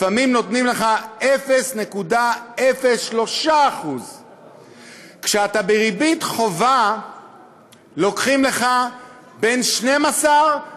לפעמים נותנים לך 0.03%; כשאתה בריבית חובה לוקחים לך בין 12% ל-13%.